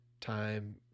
time